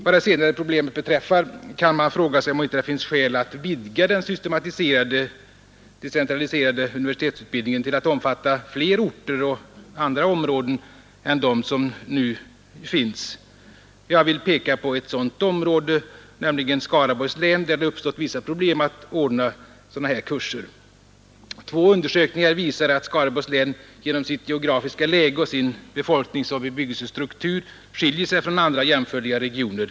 Vad det senare problemet beträffar kan man fråga sig om det inte finns skäl att vidga den systematiserade decentraliserade utbildningen till att omfatta flera orter och andra områden än de som nu finns. Jag vill peka på ett sådant område, nämligen Skaraborgs län, där det uppstått vissa problem att anordna sådana här kurser. Två olika undersökningar visar att Skaraborgs län genom sitt geografiska läge och sin befolkningsoch bebyggelsestruktur skiljer sig från andra jämförbara regioner.